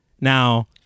Now